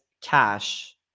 cash